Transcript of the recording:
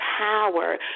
power